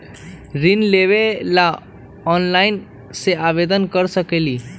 ऋण लेवे ला ऑनलाइन से आवेदन कर सकली?